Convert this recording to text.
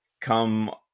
come